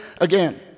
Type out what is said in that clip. again